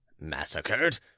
massacred